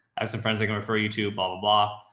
i have some friends i can refer you to blah, blah, blah.